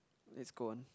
let's go on